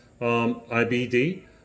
IBD